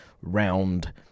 round